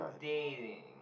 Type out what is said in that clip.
dating